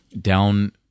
down